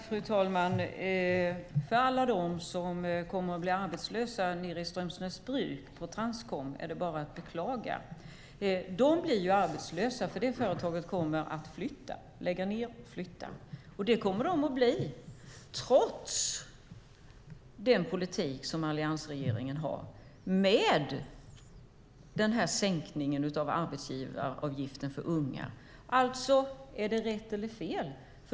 Fru talman! Alla på Transcom nere i Strömsnäsbruk som kommer att bli arbetslösa är bara att beklaga. De blir arbetslösa, för företaget kommer att lägga ned verksamheten och flytta. Man kommer att bli arbetslös trots alliansregeringens politik - sänkningen av arbetsgivaravgiften för unga. Är det alltså rätt eller fel?